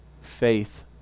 faith